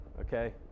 okay